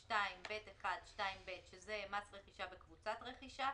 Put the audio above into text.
9(ג1ג)(2)(ב1)(2)(ב) שזה מס רכישה בקבוצת רכישה,